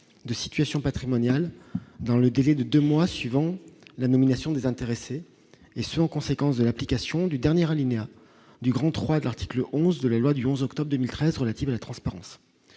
de situation patrimoniale dans le délai de 2 mois suivant la nomination des intéressés et ce, en conséquence de l'application du dernier alinéa du grand 3 de l'article 11 de la loi du 11 octobre 2013 relative à la transparence,